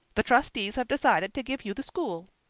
the trustees have decided to give you the school.